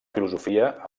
filosofia